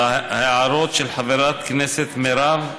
בהערות של חברת הכנסת מירב,